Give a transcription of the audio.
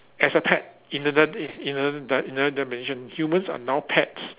as a pet in anothe~ in a d~ in another dimension humans are now pets